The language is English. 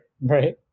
Right